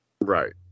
Right